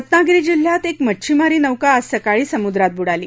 रत्नागिरी जिल्ह्यात एक मच्छीमारी नौका आज सकाळी समुद्रात बुडाली